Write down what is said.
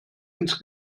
ins